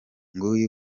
nguyu